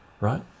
right